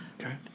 Okay